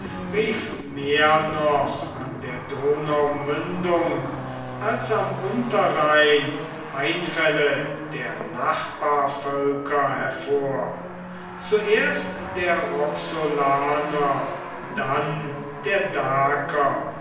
mehr noch an der donaumündung als am unterrhein einfälle der nachbarvölker hervor zuerst der roxolaner dann der daker